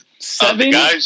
Seven